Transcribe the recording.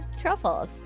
truffles